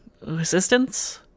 resistance